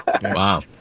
Wow